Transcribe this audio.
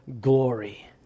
glory